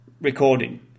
recording